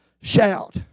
shout